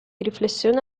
riflessione